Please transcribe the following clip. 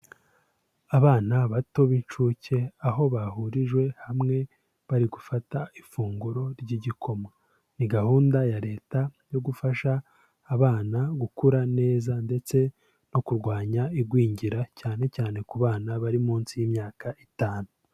Abana bato b'incuke aho bahurijwe hamwe, bari gufata ifunguro ry'igikoma, ni gahunda ya Leta yo gufasha abana gukura neza ndetse no kurwanya igwingira cyane cyane ku bana bari munsi y'imyaka itanu.